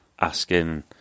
asking